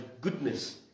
goodness